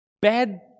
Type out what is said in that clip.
bad